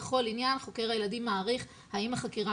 בכל עניין חוקר הילדים מעריך האם החקירה